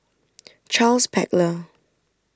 Charles Paglar